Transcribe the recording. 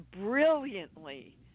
brilliantly